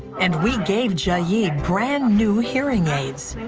and we gave jiayi yeah brand-new hearing aids.